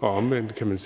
Omvendt kan